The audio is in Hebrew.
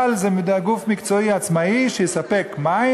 אבל זה גוף מקצועי עצמאי שיספק מים